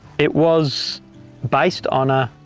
it was based on a